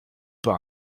pas